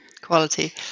quality